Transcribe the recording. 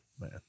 man